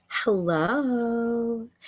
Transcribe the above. Hello